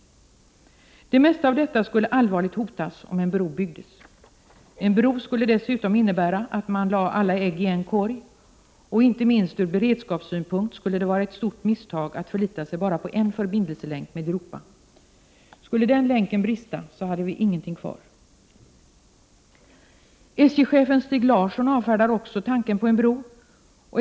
Det mesta av detta skulle allvarligt hotas om en bro byggdes. En bro skulle dessutom innebära att man lade alla ägg i en korg, och inte minst från beredskapssynpunkt skulle det vara ett stort misstag att förlita sig på bara en förbindelselänk med Europa. Skulle den länken brista har vi ingenting kvar. SJ-chefen Stig Larsson avfärdar också tanken på en bro.